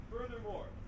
Furthermore